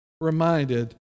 reminded